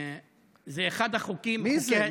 זה אחד החוקים, מי זה?